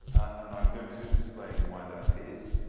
and i'm going to explain why that is.